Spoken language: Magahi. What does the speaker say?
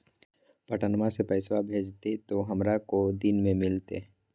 पटनमा से पैसबा भेजते तो हमारा को दिन मे मिलते?